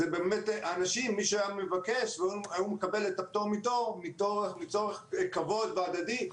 זה באמת אנשים מי שהיה מבקש והיה מקבל את הפטור מתור מצורך כבוד הדדי,